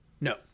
No